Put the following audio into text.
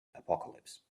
apocalypse